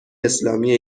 اسلامی